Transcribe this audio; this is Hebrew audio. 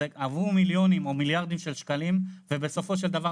עברו מיליונים או מיליארדים של שקלים ובסופו של דבר